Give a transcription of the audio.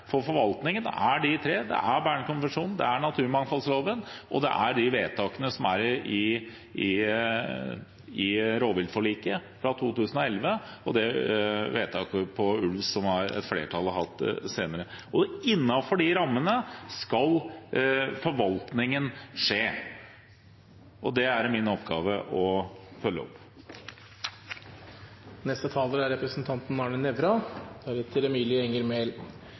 for forvaltningen disse tre: Bernkonvensjonen, naturmangfoldloven og vedtakene i rovviltforliket fra 2011 – og vedtaket om ulv som et flertall har fattet senere. Innenfor de rammene skal forvaltningen skje. Det er det min oppgave å følge opp. Representanten Arne Nævra